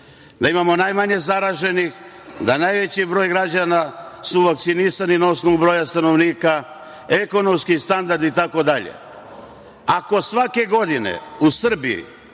da imamo najmanje zaraženih, da najveći broj građana su vakcinisani na osnovu broja stanovnika, ekonomski standard itd. Ako svake godine u Srbiji